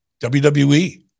WWE